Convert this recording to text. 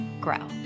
grow